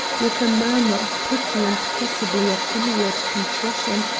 with a murmur of pity and possibly of inward contrition,